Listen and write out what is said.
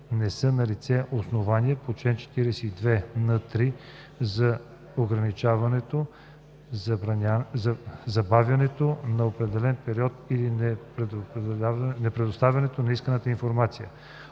не са налице основания по чл. 42н3 за ограничаването, забавянето за определен период или непредоставянето на исканата информация.